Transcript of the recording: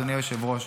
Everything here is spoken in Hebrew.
אדוני היושב-ראש.